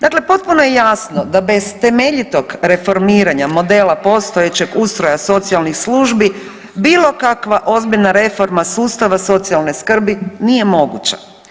Dakle, potpuno je jasno da bez temeljitog reformiranja modela postojećeg ustroja socijalnih službi bilo kakva ozbiljna reforma sustava socijalne skrbi nije moguća.